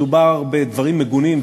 מדובר בדברים מגונים,